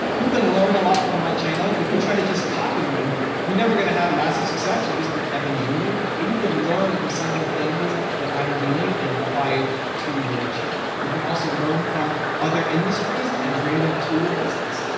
you could learn a lot from my channel. if you try to just copy me, you're never going to have massive success. you'll just be an evan junior. but you could learn from some of the things that i'm doing and apply it to your channel. you could also learn from other industries and bring them to your business.